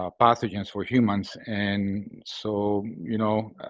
ah pathogens for humans. and so, you know,